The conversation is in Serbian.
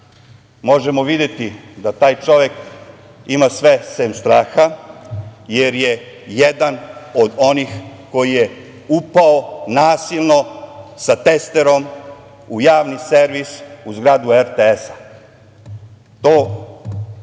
možemo videti da taj čovek ima sve sem straha, jer je jedan od onih koji je upao nasilno sa testerom u javni servis u zgradu RTS.